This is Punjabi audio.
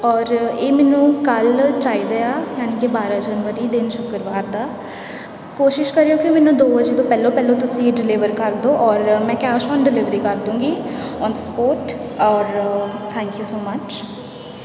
ਔਰ ਇਹ ਮੈਨੂੰ ਕੱਲ੍ਹ ਚਾਹੀਦਾ ਆ ਯਾਨੀ ਕਿ ਬਾਰਾਂ ਜਨਵਰੀ ਦਿਨ ਸ਼ੁਕਰਵਾਰ ਦਾ ਕੋਸ਼ਿਸ਼ ਕਰਿਓ ਕਿ ਮੈਨੂੰ ਦੋ ਵਜੇ ਤੋਂ ਪਹਿਲਾਂ ਪਹਿਲਾਂ ਤੁਸੀਂ ਡਿਲੀਵਰ ਕਰ ਦਿਉ ਔਰ ਮੈਂ ਕੈਸ਼ ਔਨ ਡਿਲੀਵਰੀ ਕਰ ਦੂਗੀ ਓਨ ਸਪੋਰਟ ਔਰ ਥੈਂਕ ਯੂ ਸੋ ਮਚ